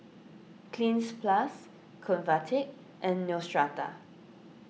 Cleanz Plus Convatec and Neostrata